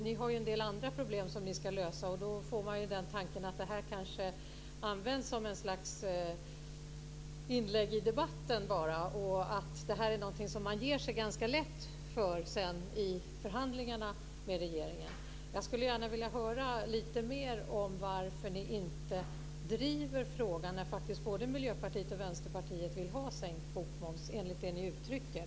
Ni har ju en del andra problem som ni ska lösa, och då får man den tanken att det här kanske bara används som ett slags inlägg i debatten och att man när det gäller detta ger sig ganska lätt i förhandlingarna med regeringen. Jag skulle gärna vilja höra lite mer om varför ni inte driver frågan, när faktiskt både Miljöpartiet och Vänsterpartiet vill ha sänkt bokmoms, enligt det ni uttrycker.